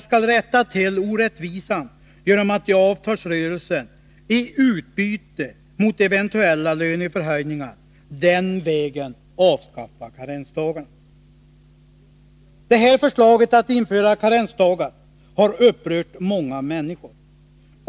skall rätta till orättvisan genom att dessa avskaffas i avtalsrörelsen, i utbyte mot att man avstår från eventuella löneförhöjningar. Förslaget att införa karensdagar har upprört många människor.